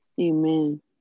Amen